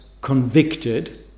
convicted